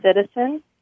citizen